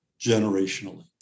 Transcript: generationally